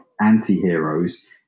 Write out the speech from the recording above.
anti-heroes